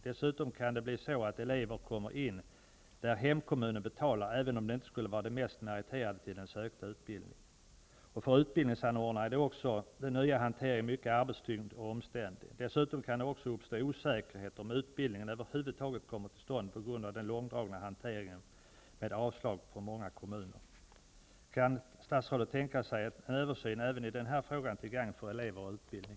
Dessutom kan elever för vilka hemkommunen betalar komma att antas även om de inte är de mest meriterade till den sökta utbildningen. För utbildningsanordnaren är också den nya hanteringen mycket arbetstyngd och omständig. Det kan vidare uppstå osäkerhet om huruvida utbildningen över huvud taget kommer till stånd på grund av den långdragna hanteringen, där det blir avslag från många kommuner. Kan statsrådet tänka sig en översyn även i denna fråga, till gagn för elever och utbildning?